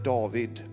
David